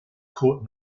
court